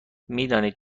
میدانید